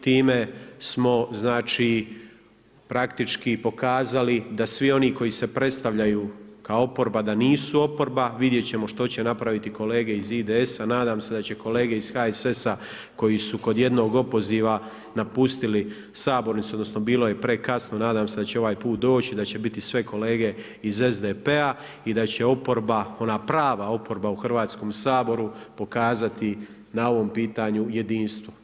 Time smo praktički pokazali da svi oni koji se predstavljaju kao oporba da nisu oporba, vidjet ćemo što će napraviti kolege iz IDS-a, nadam se da će kolege iz HSS-a koji su kod jednog opoziva napustili sabornicu, odnosno bilo je prekasno, nadam se da će ovaj put doći i da će biti sve kolege iz SDP-a i da će oporba, ona prava oporba u Hrvatskom saboru pokazati na ovom pitanju jedinstvo.